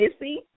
Missy